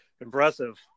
Impressive